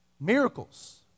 Miracles